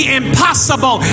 impossible